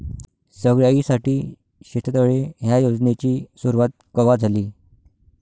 सगळ्याइसाठी शेततळे ह्या योजनेची सुरुवात कवा झाली?